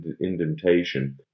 indentation